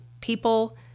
people